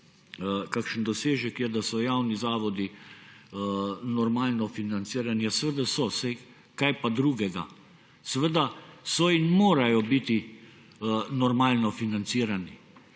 kakšen dosežek je, da so javni zavodi normalno financirani – ja seveda so, kaj pa drugega, saj morajo biti normalno financirani.